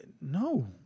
No